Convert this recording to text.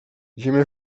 zimy